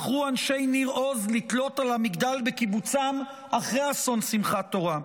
בחרו אנשי ניר עוז לתלות על המגדל בקיבוצם אחרי אסון שמחת תורה.